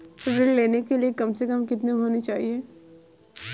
ऋण लेने के लिए कम से कम कितनी उम्र होनी चाहिए?